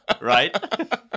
right